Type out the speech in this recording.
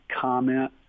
comment